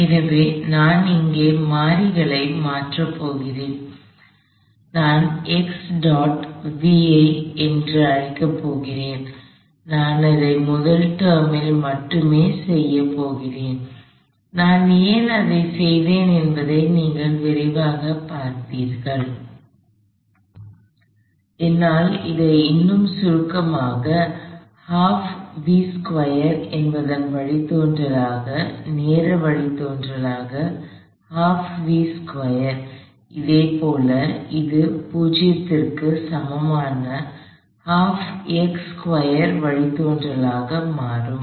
எனவே நான் இங்கே மாறிகளை மாற்றியமைக்கப் போகிறேன் நான் அழைக்கப் போகிறேன் நான் அதை முதல் டெர்மில் மட்டுமே செய்யப் போகிறேன் நான் ஏன் அதைச் செய்தேன் என்பதை நீங்கள் விரைவாகப் பார்ப்பீர்கள் என்னால் அதை இன்னும் சுருக்கமாக என்பதன் வழித்தோன்றலாக நேர வழித்தோன்றலாக அதேபோல் இது 0 க்கு சமமான வழித்தோன்றலாக மாறும்